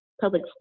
public